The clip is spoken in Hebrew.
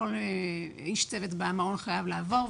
שכל איש צוות במעון חייב לעבור,